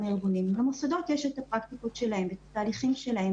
למוסדות יש את הפרקטיקות שלהם ואת התהליכים שלהם